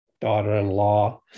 daughter-in-law